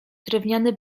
drewniany